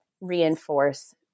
reinforce